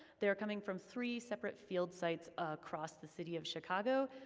they are coming from three separate field sites across the city of chicago.